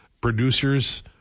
producers